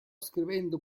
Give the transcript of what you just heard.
scrivendo